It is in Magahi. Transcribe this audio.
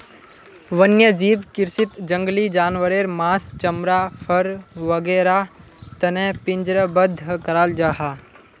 वन्यजीव कृषीत जंगली जानवारेर माँस, चमड़ा, फर वागैरहर तने पिंजरबद्ध कराल जाहा